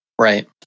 right